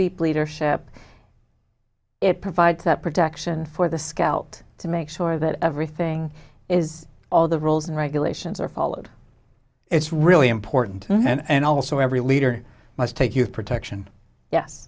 keep leadership it provides that protection for the scout to make sure that everything is all the rules and regulations are followed it's really important and also every leader must take you protection yes